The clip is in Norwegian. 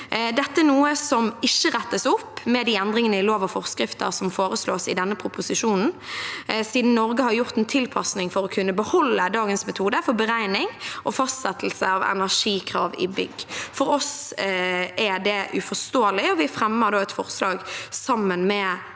Dette er noe som ikke rettes opp med de endringene i lov og forskrifter som foreslås i denne proposisjonen, siden Norge har gjort en tilpasning for å kunne beholde dagens metode for beregning og fastsettelse av energikrav i bygg. For oss er det uforståelig, og vi fremmer da et forslag, sammen med